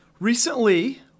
Recently